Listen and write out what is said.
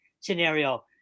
scenario